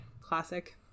classic